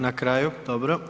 Na kraju, dobro.